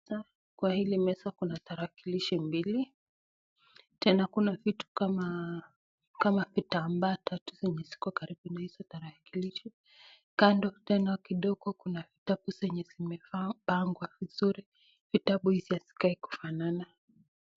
Kwa hili meza kuna tarakilishi mbili tena kuna vitu kama vitambaa tatu zenye ziko karibu na hizo tarakilishi, kando tena kidogo kuna vitabu zenye zimepangwa vizuri na vitabu hizi hazikai kufanana.